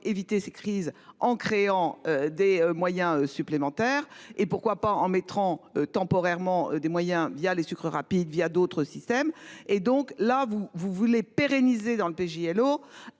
éviter ces crises en créant des moyens supplémentaires et pourquoi pas en mettront temporairement des moyens via les sucres rapides via d'autres systèmes et donc là vous vous voulez pérenniser dans le PJ